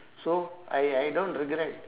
so I I don't regret